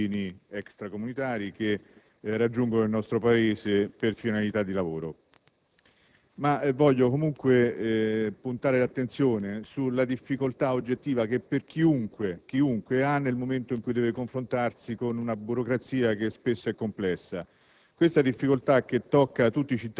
nei confronti delle relazioni con i cittadini extracomunitari che raggiungono il nostro Paese per finalità di lavoro. Voglio comunque puntare l'attenzione sulla difficoltà oggettiva che chiunque ha nel momento in cui deve confrontarsi con una burocrazia che spesso è complessa.